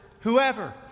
whoever